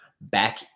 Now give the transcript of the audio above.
back